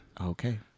Okay